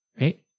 right